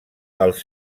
els